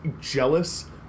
jealous